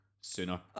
sooner